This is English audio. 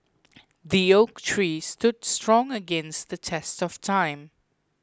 the oak tree stood strong against the test of time